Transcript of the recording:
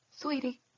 Sweetie